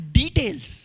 details